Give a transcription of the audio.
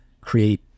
create